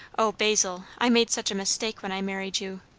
o, basil, i made such a mistake when i married you!